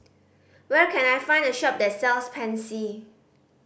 where can I find a shop that sells Pansy